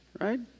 right